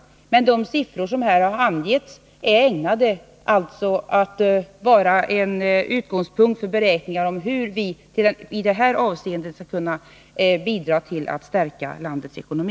Men de siffror som här har angetts är ägnade att vara en utgångspunkt vid beräkningen av hur vi i detta avseende skall kunna bidra till att stärka landets ekonomi.